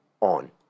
on